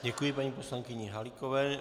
Děkuji paní poslankyni Halíkové.